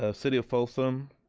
ah city of folsom,